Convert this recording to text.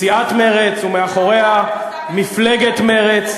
סיעת מרצ, ומאחוריה מפלגת מרצ,